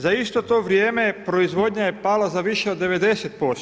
Za isto to vrijeme proizvodnja je pala za više od 90%